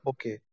Okay